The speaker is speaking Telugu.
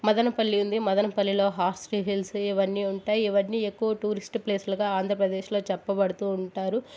మదనపల్లి ఉంది మదనపల్లిలో హార్స్లీ హిల్సు ఇవన్నీ ఉంటాయి ఇవన్నీ ఎక్కువ టూరిస్ట్ ప్లేస్లుగా ఆంధ్రప్రదేశ్లో చెప్పబడుతు ఉంటారు